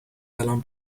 الان